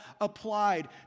applied